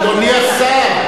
אדוני השר,